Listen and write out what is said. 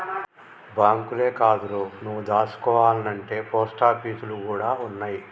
బాంకులే కాదురో, నువ్వు దాసుకోవాల్నంటే పోస్టాపీసులు గూడ ఉన్నయ్